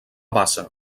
bassa